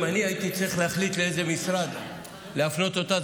אם הייתי צריך להחליט לאיזה משרד להפנות אותה,